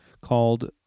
called